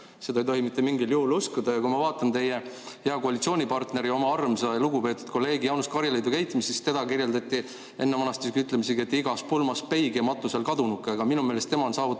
Seda ei tohi mitte mingil juhul uskuda. Ja kui ma vaatan teie hea koalitsioonipartneri, oma armsa ja lugupeetud kolleegi Jaanus Karilaidi käitumist, siis teda kirjeldati ennevanasti ütlemisega, et igas pulmas peig ja matusel kadunuke, aga minu meelest tema on saavutanud